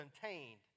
contained